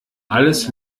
alles